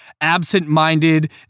absent-minded